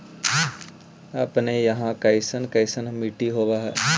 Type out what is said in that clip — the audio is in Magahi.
अपने यहाँ कैसन कैसन मिट्टी होब है?